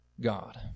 God